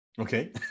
Okay